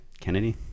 kennedy